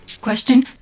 Question